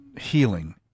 healing